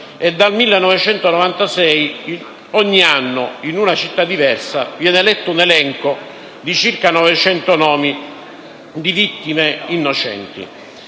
Dal 1996, ogni anno, in una città diversa, viene letto un elenco di circa novecento nomi di vittime innocenti.